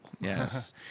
Yes